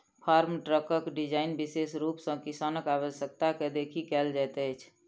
farm ट्रकक design विशेष रूप सॅ किसानक आवश्यकता के देखि कयल जाइत अछि